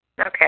Okay